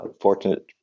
fortunate